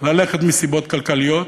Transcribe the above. ללכת מסיבות כלכליות,